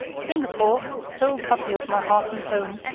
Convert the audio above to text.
singapore, sole puppy of my heart and home,